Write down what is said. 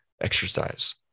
exercise